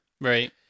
Right